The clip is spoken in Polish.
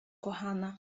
kochana